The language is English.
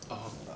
(uh huh)